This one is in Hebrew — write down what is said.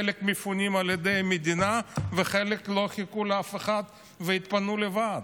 חלק מפונים על ידי המדינה וחלק לא חיכו לאף אחד והתפנו לבד.